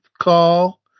call